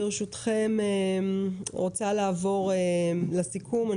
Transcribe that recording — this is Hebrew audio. ברשותכם אני רוצה לעבור לסיכום.